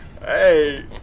Hey